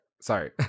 sorry